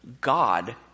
God